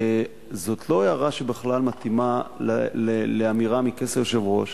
זאת לא הערה שבכלל מתאימה לאמירה מכס היושב-ראש.